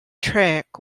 track